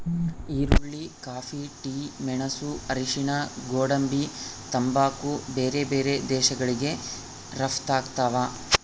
ಈರುಳ್ಳಿ coffee tea ಮೆಣಸು ಅರಿಶಿಣ ಗೋಡಂಬಿ ತಂಬಾಕು ಬೇರೆ ಬೇರೆ ದೇಶಗಳಿಗೆ ರಪ್ತಾಗ್ತಾವ